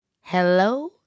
Hello